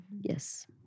Yes